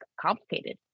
complicated